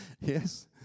Yes